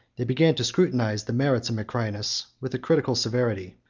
they began to scrutinize the merits of macrinus with a critical severity,